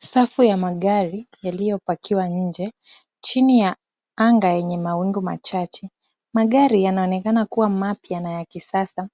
Safu ya magari yaliyopackiwa nje chini ya anga yenye mawingu machache. Magari yanaonekana kuwa mapya na ya kisasa